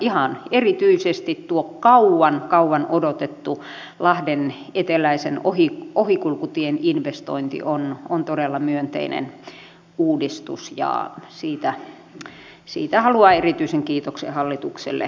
ihan erityisesti tuo kauan kauan odotettu lahden eteläisen ohikulkutien investointi on todella myönteinen uudistus ja siitä haluan erityisen kiitoksen hallitukselle antaa